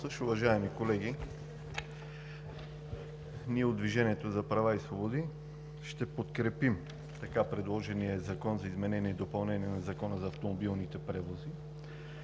Уважаеми колеги, ние от „Движението за права и свободи“ ще подкрепим така предложения законопроект за изменение и допълнение на Закона за автомобилните превози.